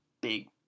big